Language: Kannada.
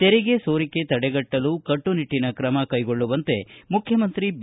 ತೆರಿಗೆ ಸೋರಿಕೆ ತಡೆಗಟ್ಟಲು ಕಟ್ಟುನಿಟ್ಟಿನ ಕ್ರಮ ಕೈಗೊಳ್ಳುವಂತೆ ಮುಖ್ಚಿಮಂತ್ರಿ ಬಿ